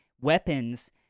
weapons